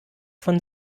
von